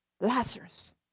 Lazarus